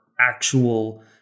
actual